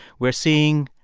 we're seeing,